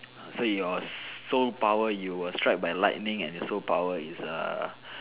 so your sole power you were struck by lightning and your sole power is err